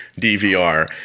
DVR